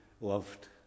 loved